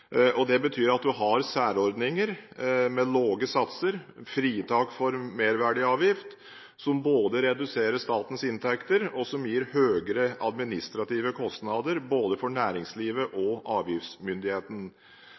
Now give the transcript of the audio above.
Det betyr at man har særordninger med lave satser, fritak for merverdiavgift, som reduserer statens inntekter og gir høyere administrative kostnader for både næringslivet